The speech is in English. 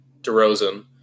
DeRozan